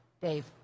Dave